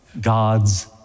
God's